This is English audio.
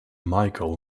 micheal